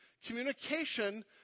Communication